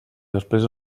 després